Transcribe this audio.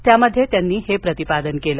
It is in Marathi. त्यामध्ये त्यांनी हे प्रतिपादन केलं